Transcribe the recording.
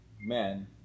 men